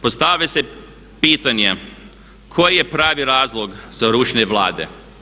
Postavlja se pitanje koji je pravi razlog za rušenje Vlade?